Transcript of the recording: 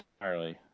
entirely